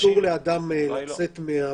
אני שואל, אסור לאדם לצאת מהבית,